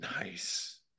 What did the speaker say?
Nice